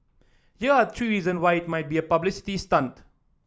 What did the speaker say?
here are three reason why it might be a publicity stunt